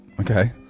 Okay